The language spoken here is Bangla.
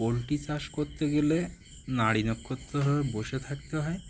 পোলট্রি চাষ করতে গেলে নাড়িনক্ষত্র বসে থাকতে হয়